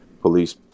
police